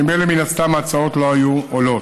ממילא מן הסתם ההצעות לא היו עולות.